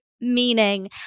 meaning